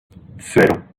cero